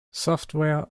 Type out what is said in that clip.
software